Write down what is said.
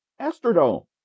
Astrodome